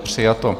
Přijato.